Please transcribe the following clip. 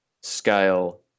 scale